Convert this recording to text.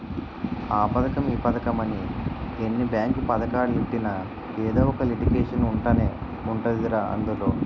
ఆ పదకం ఈ పదకమని ఎన్ని బేంకు పదకాలెట్టినా ఎదో ఒక లిటికేషన్ ఉంటనే ఉంటదిరా అందులో